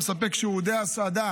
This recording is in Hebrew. המספק שירותי הסעדה